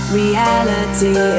reality